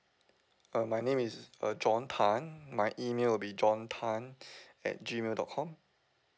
uh my name is uh john tan my email will be john tan at G mail dot com